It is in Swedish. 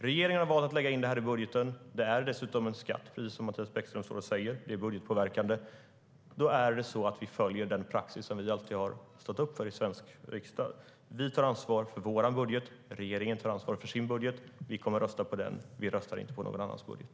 Regeringen har valt att lägga in det i budgeten. Det är dessutom en skatt, precis som Mattias Bäckström Johansson säger. Det är budgetpåverkande. Då följer vi den praxis som vi alltid har stått upp för i Sveriges riksdag. Vi tar ansvar för vår budget. Regeringen tar ansvar för sin budget. Vi kommer att rösta på vår budget. Vi röstar inte på någon annans budget.